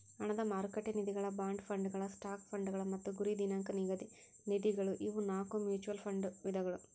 ಹಣದ ಮಾರುಕಟ್ಟೆ ನಿಧಿಗಳ ಬಾಂಡ್ ಫಂಡ್ಗಳ ಸ್ಟಾಕ್ ಫಂಡ್ಗಳ ಮತ್ತ ಗುರಿ ದಿನಾಂಕ ನಿಧಿಗಳ ಇವು ನಾಕು ಮ್ಯೂಚುಯಲ್ ಫಂಡ್ ವಿಧಗಳ